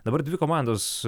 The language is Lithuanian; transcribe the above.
dabar dvi komandos